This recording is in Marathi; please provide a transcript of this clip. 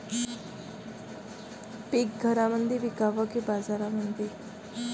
पीक घरामंदी विकावं की बाजारामंदी?